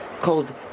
called